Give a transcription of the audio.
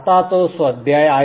आता तो स्वाध्याय आहे